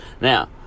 Now